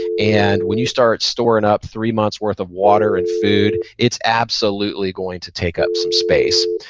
and when you start storing up three months' worth of water and food, it's absolutely going to take up some space.